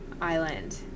Island